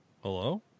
Hello